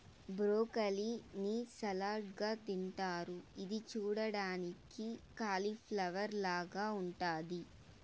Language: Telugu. బ్రోకలీ ని సలాడ్ గా తింటారు ఇది చూడ్డానికి కాలిఫ్లవర్ లాగ ఉంటాది